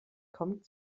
kommt